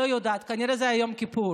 לא יודעת, כנראה זה היה יום כיפור.